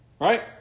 right